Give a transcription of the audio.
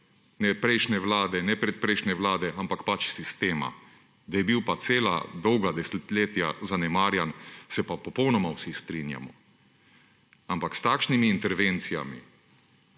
ne prejšnje vlade, ne predprejšnje vlade, ampak pač sistema. Da je bil pa cela dolga desetletja zanemarjen, se pa popolnoma vsi strinjamo. Ampak s takšnimi intervencijami,